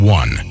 one